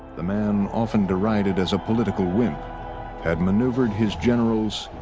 the man often derided as a political wimp had maneuvered his generals,